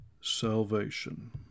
salvation